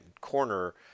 corner